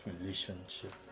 relationship